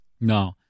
No